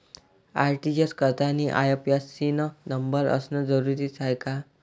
RTGS करतांनी IFSC न number असनं जरुरीच हाय का?